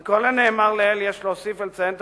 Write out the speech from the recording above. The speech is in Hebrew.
על כל הנאמר לעיל יש להוסיף ולציין את